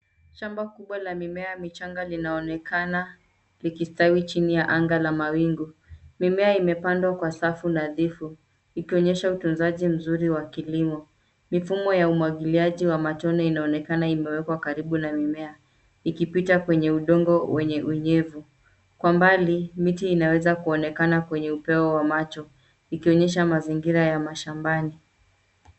Shamba kubwa la mimea michanga linaonekana likistawi chini ya anga la mawingu. Mimea imepandwa kwa safu nadhifu, ikionyesha utunzaji mzuri wa kilimo. Mifumo ya umwagiliaji wa matone inaonekana imewekwa karibu na mimea, ikipita kwenye udongo wenye unyevu. Kwa mbali, miti inaweza kuonekana kwenye upeo wa macho, ikionyesha mazingira ya mashambani.